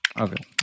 Okay